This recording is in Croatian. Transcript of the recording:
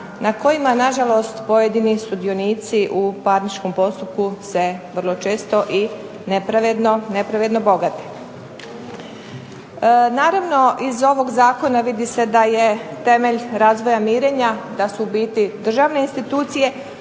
na kojima nažalost pojedini sudionici u parničnom postupku se vrlo često i nepravedno bogate. Naravno iz ovog zakona vidi se da je temelj razvoja mirenja da su u biti državne institucije,